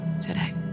today